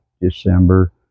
December